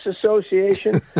Association